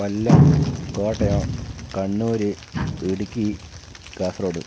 Kollam Kottayam Kannur Idukki Kasaragod